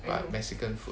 but mexican food